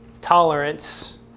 tolerance